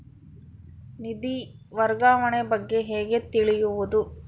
ನಿಧಿ ವರ್ಗಾವಣೆ ಬಗ್ಗೆ ಹೇಗೆ ತಿಳಿಯುವುದು?